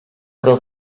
prou